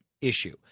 issue